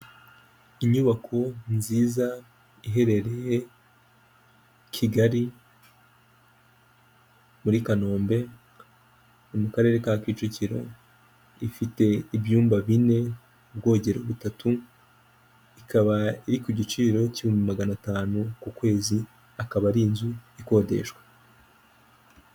Inzu y'ubwisungane gusa hariho abakozi ba emutiyene n'abakiriya baje kugana ikigo cy'ubwisungane cyitwa buritamu, kiri mu nyubako isa n'iyubakishije amabati n'ibirahuri.